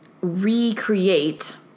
recreate